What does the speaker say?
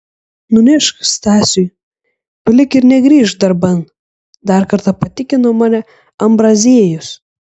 nunešk stasiui palik ir negrįžk darban dar kartą patikino mane ambraziejus